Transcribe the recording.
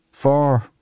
four